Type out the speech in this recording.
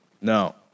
No